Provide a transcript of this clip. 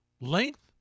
length